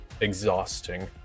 exhausting